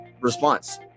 response